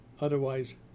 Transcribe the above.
otherwise